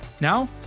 Now